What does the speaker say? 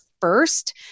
first